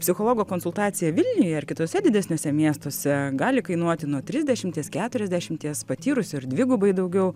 psichologo konsultacija vilniuje ir kituose didesniuose miestuose gali kainuoti nuo trisdešimties keturiasdešimties patyrusių ir dvigubai daugiau